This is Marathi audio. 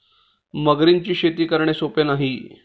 मगरींची शेती करणे सोपे नाही